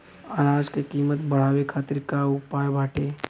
अनाज क कीमत बढ़ावे खातिर का उपाय बाटे?